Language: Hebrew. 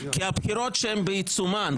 הבחירות כשהן בעיצומן,